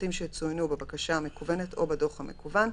הפרטים שצוינו בבקשה המקוונת או בדוח המקוון,